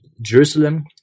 Jerusalem